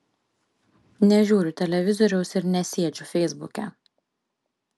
nežiūriu televizoriaus ir nesėdžiu feisbuke